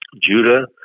Judah